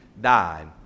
died